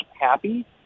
happy